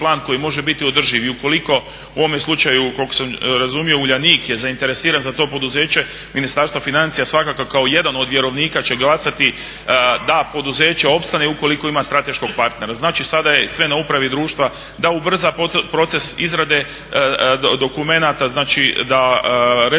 u ovome slučaju koliko sam razumio Uljanik je zainteresiran za to poduzeće, Ministarstvo financija svakako kao jedan od vjerovnika će glasati da poduzeće opstane ukoliko ima strateškog partnera. Znači sada je sve na upravi društva da ubrza proces izrade dokumenata znači restrukturiranja